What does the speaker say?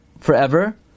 forever